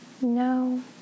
No